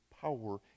power